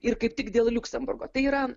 ir kaip tik dėl liuksemburgo tai yra